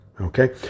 okay